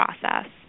process